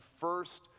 first